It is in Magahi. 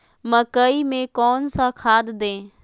मकई में कौन सा खाद दे?